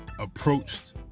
approached